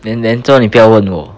then then 做么你不要问我